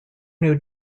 new